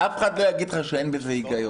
אף אחד לא יגיד לך שאין בזה היגיון